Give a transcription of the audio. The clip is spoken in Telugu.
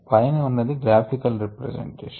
పైన ఉన్నది గ్రాఫికల్ రిప్రజెంటేషన్